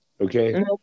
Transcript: Okay